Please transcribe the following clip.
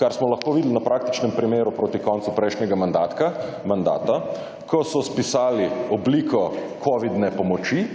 kar smo lahko videli na praktičnem primeru proti koncu prejšnjega mandata, ko so spisali obliko kovidne pomoči